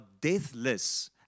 deathless